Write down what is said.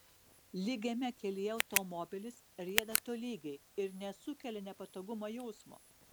lygiame kelyje automobilis rieda tolygiai ir nesukelia nepatogumo jausmo